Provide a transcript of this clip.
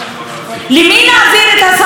למי נעביר את הסמכויות?